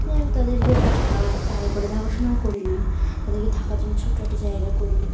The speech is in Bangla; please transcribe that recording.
যাই হোক তাদেরকে ভালো করে দেখাশোনাও করি না তাদেরকে থাকার জন্য ছোটো একটা জায়গা করি